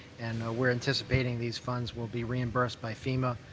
and we're anticipating these funds will be reimbursed by fema,